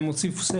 מה שהם עשו זה